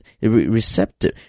receptive